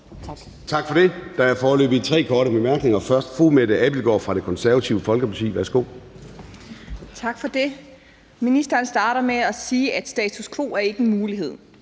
Tak for det. Der er foreløbig tre korte bemærkninger. Det er først fru Mette Abildgaard fra Det Konservative Folkeparti. Værsgo. Kl. 11:02 Mette Abildgaard (KF): Tak for det. Ministeren starter med at sige, at status quo ikke er en mulighed.